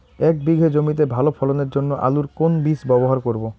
এক বিঘে জমিতে ভালো ফলনের জন্য আলুর কোন বীজ ব্যবহার করব?